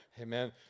Amen